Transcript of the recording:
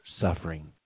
suffering